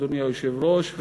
אדוני היושב-ראש,